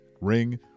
ring